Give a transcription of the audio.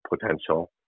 potential